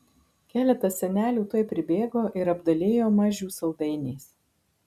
keletas senelių tuoj pribėgo ir apdalijo mažių saldainiais